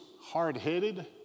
hard-headed